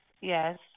Yes